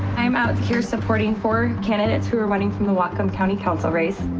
i'm out here supporting four candidates who are running for the whatcom county council race.